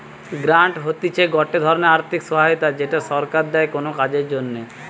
grant হতিছে গটে ধরণের আর্থিক সহায়তা যেটা সরকার দেয় কোনো কাজের জন্যে